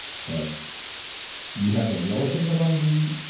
but you have a relative among the?